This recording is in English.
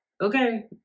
Okay